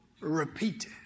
repeated